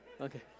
okay